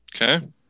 okay